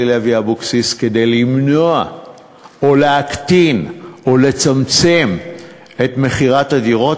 לוי אבקסיס כדי למנוע או להקטין או לצמצם את מכירת הדירות,